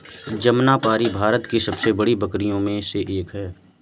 जमनापारी भारत की सबसे बड़ी बकरियों में से एक है